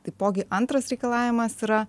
taipogi antras reikalavimas yra